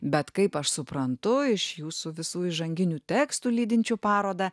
bet kaip aš suprantu iš jūsų visų įžanginių tekstų lydinčių parodą